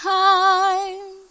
time